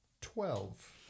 Twelve